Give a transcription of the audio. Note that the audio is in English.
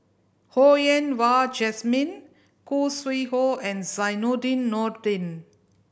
Ho Yen Wah Jesmine Khoo Sui Hoe and Zainudin Nordin